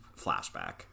flashback